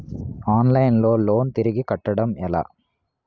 Online లో loan తిరిగి కట్టడం ఎలా?